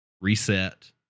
reset